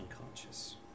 unconscious